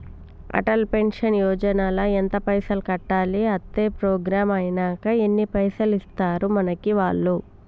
Atal pension Yojana ల ఎంత పైసల్ కట్టాలి? అత్తే ప్రోగ్రాం ఐనాక ఎన్ని పైసల్ ఇస్తరు మనకి వాళ్లు?